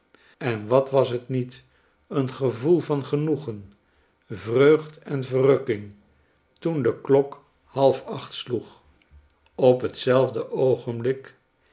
en wat was het niet een gevoel van genoegen vreugd en verrukking toen de klok half acht sloeg op hetzelfde oogenblik